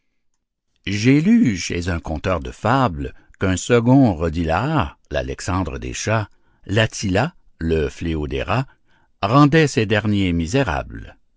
lu chez un conteur de fables qu'un second rodilard l'alexandre des chats l'attila le fléau des rats rendait ces derniers misérables